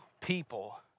people